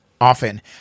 often